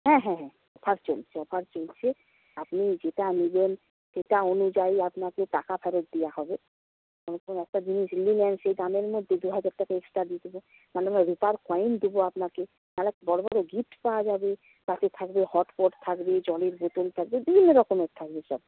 হ্যাঁ হ্যাঁ হ্যাঁ অফার চলছে অফার চলছে আপনি যেটা নেবেন সেটা অনুযায়ী আপনাকে টাকা ফেরত দেওয়া হবে মনে করুন একটা জিনিস নিলেন সেই দামের মধ্যে দুহাজার টাকা এক্সট্রা দিয়ে রূপার কয়েন দেবো আপনাকে বড় বড় গিফট পাওয়া যাবে তাতে থাকবে হটপট থাকবে জলের বোতল থাকবে বিভিন্ন রকমের থাকবে সব